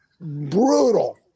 brutal